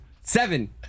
Seven